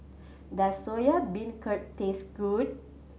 does Soya Beancurd taste good